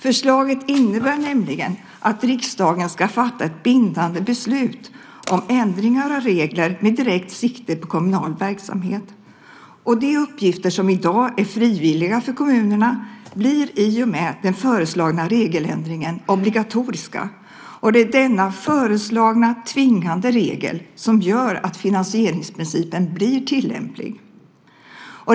Förslaget innebär nämligen att riksdagen ska fatta ett bindande beslut om ändringar av regler med direkt sikte på kommunal verksamhet. De uppgifter som i dag är frivilliga för kommunerna blir i och med den föreslagna regeländringen obligatoriska. Det är denna föreslagna tvingande regel som gör att finansieringsprincipen blir tillämplig.